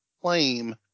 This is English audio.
claim